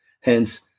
Hence